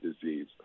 disease